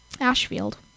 Ashfield